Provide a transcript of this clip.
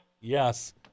Yes